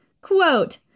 Quote